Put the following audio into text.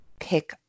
pick